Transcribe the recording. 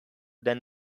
than